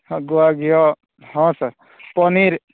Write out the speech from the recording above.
ହଁ ଗୁଆଘିଅ ହଁ ସାର୍ ପନିର